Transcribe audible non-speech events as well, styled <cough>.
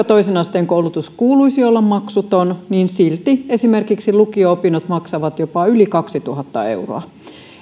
<unintelligible> toisen asteen koulutuksen kuuluisi olla maksuton niin silti esimerkiksi lukio opinnot maksavat jopa yli kaksituhatta euroa